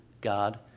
God